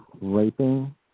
Raping